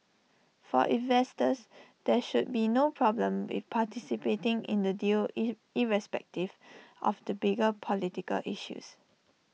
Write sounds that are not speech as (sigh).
for investors there should be no problem with participating in the deal (unintelligible) irrespective of the bigger political issues